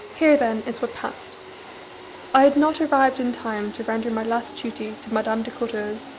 here, then, is what passed i had not arrived in time to render my last duty to madame de courteheuse.